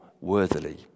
worthily